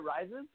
Rises